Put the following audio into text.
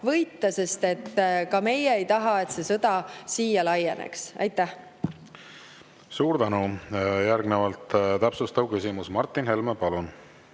võita, sest ka meie ei taha, et see sõda siia laieneks. Suur tänu! Järgnevalt täpsustav küsimus. Martin Helme, palun!